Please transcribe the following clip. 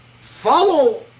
follow